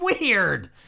Weird